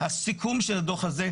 הסיכום של הדוח הזה,